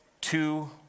two